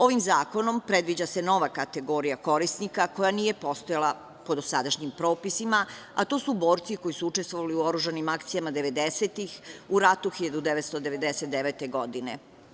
Ovim zakonom predviđa se nova kategorija korisnika koja nije postojala po dosadašnjim propisima, a to su borci koji su učestvovali u oružanim akcijama devedesetih, u ratu 1999. godine.